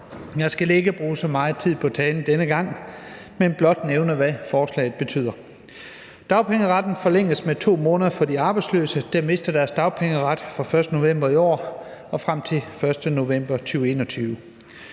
Jeg skal ikke bruge så meget tid på talen denne gang, men blot nævne, hvad forslaget betyder. Dagpengeretten forlænges med to måneder for de arbejdsløse, der mister deres dagpengeret fra den 1. november i år og frem til den 1. november 2021.